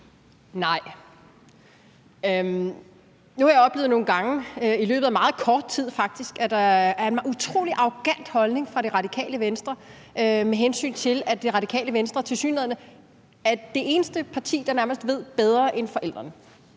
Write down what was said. (NB): Nu har jeg oplevet nogle gange, faktisk i løbet af meget kort tid, at der er en utrolig arrogant holdning fra Radikale Venstres side, med hensyn til at Radikale Venstre tilsyneladende er det eneste parti, der nærmest ved bedre end forældrene.